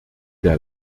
der